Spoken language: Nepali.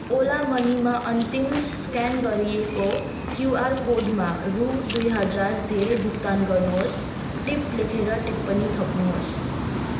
ओला मनीमा अन्तिम स्क्यान गरिएको क्युआर कोडमा रू दुई हजार धेरै भुक्तान गर्नुहोस् टिप लेखेर टिप्पणी थप्नुहोस्